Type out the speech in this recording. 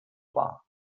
war